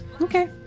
Okay